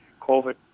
COVID